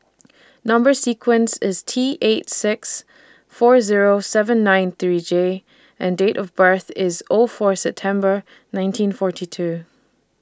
Number sequence IS T eight six four Zero seven nine three J and Date of birth IS O four September nineteen forty two